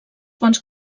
quants